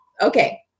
okay